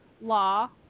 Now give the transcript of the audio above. law